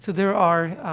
so there are,